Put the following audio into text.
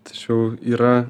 tačiau yra